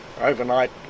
overnight